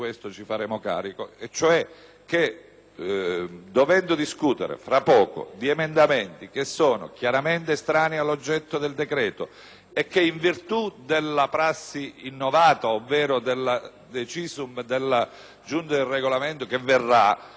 dovendo discutere fra poco di emendamenti che sono chiaramente estranei all'oggetto del decreto e che, in virtù della prassi innovata ovvero del *decisum* della Giunta per il Regolamento che verrà, sarebbero oggi inammissibili,